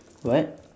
what